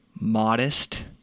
modest